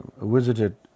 visited